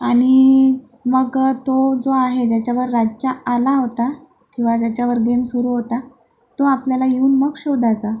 आणि मग तो जो आहे ज्याच्यावर राज्य आला होता किंवा ज्याच्यावर गेम सुरू होता तो आपल्याला येऊन मग शोधायचा